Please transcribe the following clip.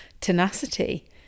tenacity